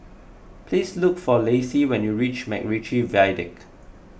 please look for Lacy when you reach MacRitchie Viaduct